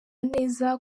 neza